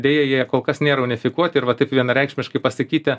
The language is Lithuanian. deja jie kol kas nėra unifikuoti ir va taip vienareikšmiškai pasakyti